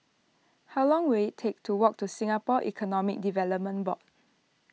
how long will it take to walk to Singapore Economic Development Board